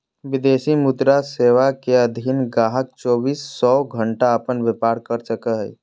विदेशी मुद्रा सेवा के अधीन गाहक़ चौबीसों घण्टा अपन व्यापार कर सको हय